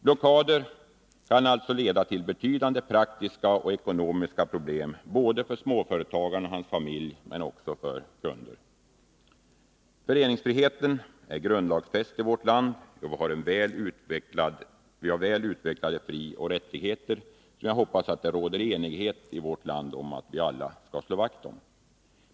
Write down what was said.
Blockader kan alltså leda till betydande praktiska och ekonomiska problem både för småföretagaren och för hans familj men också för hans kunder. Föreningsfriheten är grundlagsfäst i vårt land, och vi har väl utvecklade frioch rättigheter, som jag hoppas att det råder enighet i vårt land om att vi alla skall slå vakt om.